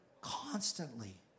constantly